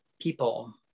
people